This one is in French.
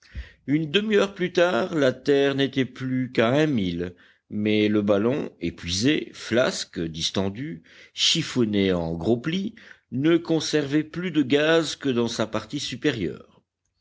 une demi-heure plus tard la terre n'était plus qu'à un mille mais le ballon épuisé flasque distendu chiffonné en gros plis ne conservait plus de gaz que dans sa partie supérieure